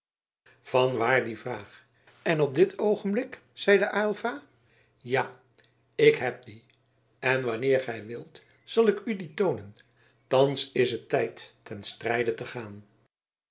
vanwaar die vraag en op dit oogenblik zeide aylva ja ik heb die en wanneer gij wilt zal ik u die toonen thans is het tijd ten strijde te gaan